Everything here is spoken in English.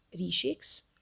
reshakes